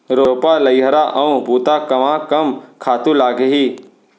रोपा, लइहरा अऊ बुता कामा कम खातू लागही?